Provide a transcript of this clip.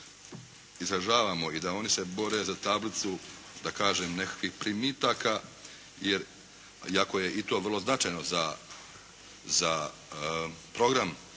izražavamo i da oni se bore za tablicu da kažem nekakvih primitaka jer iako je i to vrlo značajno za program